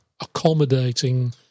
accommodating